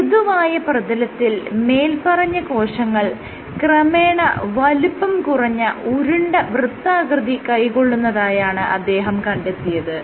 മൃദുവായ പ്രതലത്തിൽ മേല്പറഞ്ഞ കോശങ്ങൾ ക്രമേണ വലുപ്പം കുറഞ്ഞ ഉരുണ്ട വൃത്താകൃതി കൈക്കൊള്ളുന്നതായാണ് അദ്ദേഹം കണ്ടെത്തിയത്